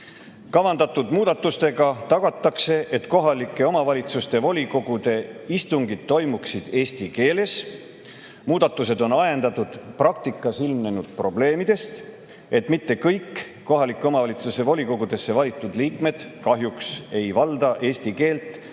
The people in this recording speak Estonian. Kavandatud muudatustega tagatakse, et kohaliku omavalitsuse volikogude istungid toimuksid eesti keeles. Muudatused on ajendatud praktikas ilmnenud probleemidest, kuna kahjuks mitte kõik kohaliku omavalitsuse volikogudesse valitud liikmed ei valda eesti keelt